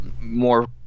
more